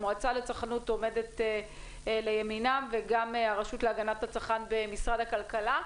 המועצה לצרכנות עומדת לימינם וגם הרשות להגנת הצרכן במשרד הכלכלה.